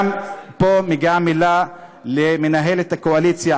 פה גם מגיעה מילה למנהלת הקואליציה,